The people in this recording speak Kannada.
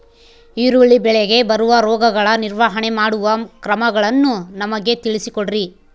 ಈರುಳ್ಳಿ ಬೆಳೆಗೆ ಬರುವ ರೋಗಗಳ ನಿರ್ವಹಣೆ ಮಾಡುವ ಕ್ರಮಗಳನ್ನು ನಮಗೆ ತಿಳಿಸಿ ಕೊಡ್ರಿ?